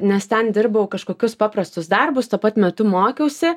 nes ten dirbau kažkokius paprastus darbus tuo pat metu mokiausi